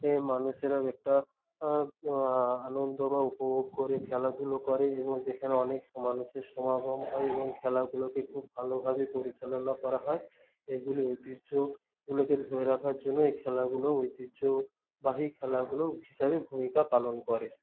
মানুষেরা একটা আনন্দ বা উপভোগ করে খেলাধুলো করে এবং যেখানে অনেক মানুষের সমাগম হয় এবং খেলাগুলোকে খুব ভালোভাবে পরিচালনা করা হয় এগুলি ঐতিহ্যগুলোকে ধরে রাখার জন্য এই খেলাগুলো ঐতিহ্যবাহী খেলাগুলো হিসেবে ভূমিকা পালন করে